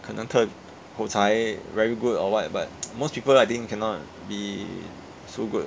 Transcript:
可能特口才 very good or what but most people I think cannot be so good